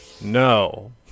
no